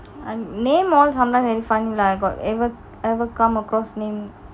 name all funny lah got ever ever come across name